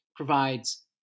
Provides